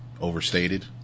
overstated